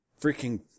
freaking